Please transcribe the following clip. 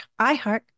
iHeart